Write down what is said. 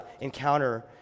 encounter